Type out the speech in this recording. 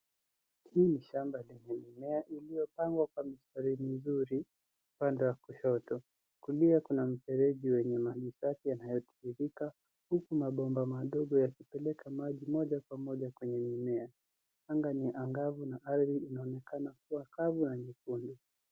Hii ni shamba lenye mimea iliyopangwa kwa mistari mizuri upande wa kushoto. Kulia kuna mfereji wenye manushati yenye yanayotiririka, huku mabomba madogo yakipeleka maji moja kwa moja kwenye mimea. Anga ni angavu na ardhi inaonekana kavu na nyekundu.